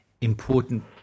important